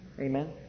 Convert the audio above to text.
amen